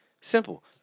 simple